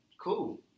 Cool